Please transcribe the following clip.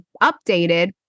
updated